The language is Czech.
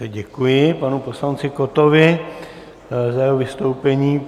Děkuji panu poslanci Kottovi za jeho vystoupení.